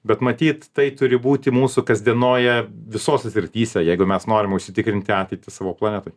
bet matyt tai turi būti mūsų kasdienoje visose srityse jeigu mes norim užsitikrinti ateitį savo planetoj